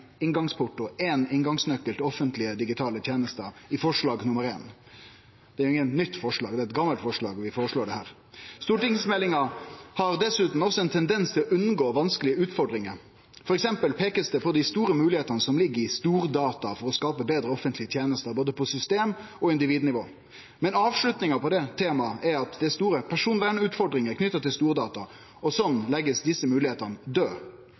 og éin inngangsnøkkel til offentlege digitale tenester. Det er ikkje noko nytt forslag; det er eit gammalt forslag vi kjem med her. Stortingsmeldinga har dessutan også ein tendens til å unngå vanskelege utfordringar, f.eks. blir det peika på dei store moglegheitene som ligg i stordata for å skape betre offentlege tenester på både system- og individnivå. Men avslutninga på det temaet er at det er store personvernutfordringar knytte til stordata, og slik blir desse